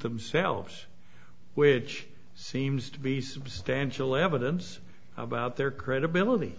themselves which seems to be substantial evidence about their credibility